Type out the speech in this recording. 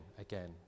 again